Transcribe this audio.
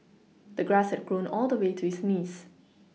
the grass had grown all the way to his knees